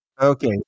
okay